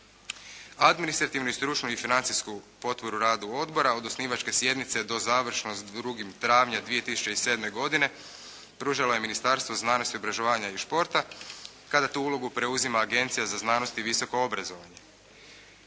Administrativnu, stručnu i financijsku potporu radu odbora od osnivačke sjednice do završno s 2. travnjem 2007. godine, pružala je Ministarstvu znanosti, obrazovanja i športa kada tu ulogu preuzima Agencija za znanost i visoko obrazovanje.